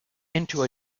into